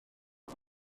hir